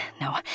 no